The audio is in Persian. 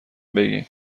بگین